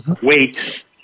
Wait